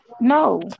No